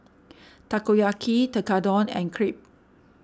Takoyaki Tekkadon and Crepe